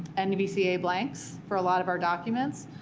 nvca blanks for a lot of our documents.